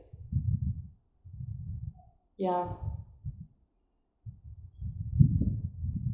ya